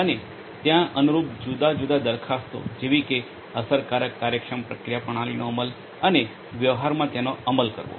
અને ત્યાં અનુરૂપ જુદી જુદી દરખાસ્તો જેવી કે અસરકારક કાર્યક્ષમ પ્રક્રિયા પ્રણાલીનો અમલ અને વ્યવહારમાં તેનો અમલ કરવો